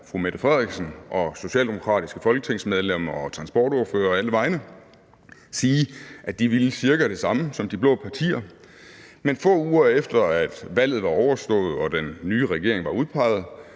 fru Mette Frederiksen, og socialdemokratiske folketingsmedlemmer og transportordførere alle vegne sige, at de ville cirka det samme som de blå partier. Men få uger efter at valget var overstået og den nye regering var udpeget,